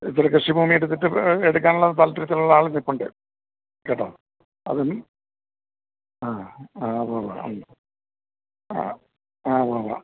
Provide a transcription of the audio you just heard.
ഇത്തിരി കൃഷി ഭൂമി എടുത്തിട്ട് എടുക്കാനുള്ള താല്പര്യത്തിലുള്ള ആള് നില്പുണ്ട് കേട്ടോ അതും ആ ആ ഉവ്വുവ്വ് ഉം ആ ആ ഉവ്വ് ഉവ്വ്